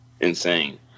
insane